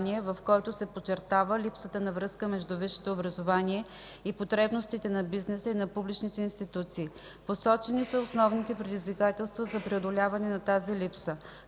в който се подчертава липсата на връзка между висшето образование и потребностите на бизнеса и на публичните институции. Посочени са основните предизвикателства за преодоляване на тази липса.